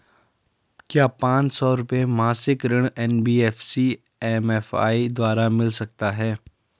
क्या पांच सौ रुपए मासिक ऋण एन.बी.एफ.सी एम.एफ.आई द्वारा मिल सकता है?